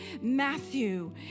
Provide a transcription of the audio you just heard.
Matthew